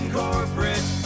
corporate